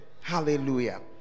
Hallelujah